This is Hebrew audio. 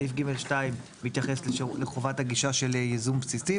סעיף (ג)(2) מתייחס לחובת הגישה של ייזום בסיסי,